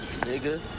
Nigga